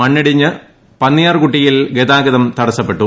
മണ്ണിടിഞ്ഞ് പന്നിയാർകുട്ടിയിൽ ഗതാഗതം തടസ്സപ്പെട്ടു